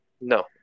No